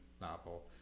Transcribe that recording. novel